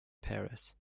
paris